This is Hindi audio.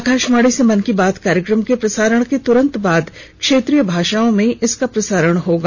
आकाशवाणी से मन की बात कार्यक्रम के प्रसारण के तुरंत बाद क्षेत्रीय भाषाओं में इसका प्रसारण होगा